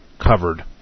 covered